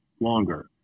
longer